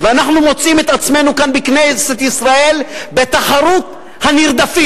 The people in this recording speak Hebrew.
ואנחנו מוצאים את עצמנו כאן בכנסת ישראל בתחרות הנרדפים,